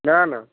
না না